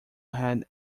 had